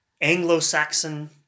Anglo-Saxon